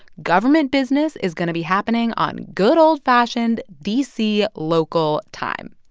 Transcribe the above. government business is going to be happening on good, old-fashioned d c. local time.